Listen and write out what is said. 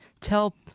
tell